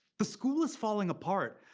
the school is falling apart,